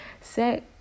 Set